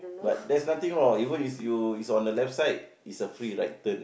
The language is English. but there's nothing wrong even is you it's on the left side it's a free right turn